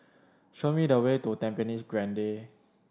show me the way to Tampines Grande